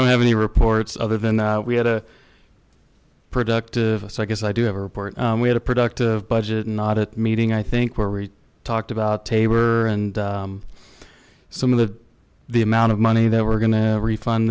don't have any reports other than that we had a productive a so i guess i do have a report we had a productive budget and not a meeting i think where we talked about tabor and some of the the amount of money that we're gonna refund